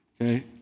okay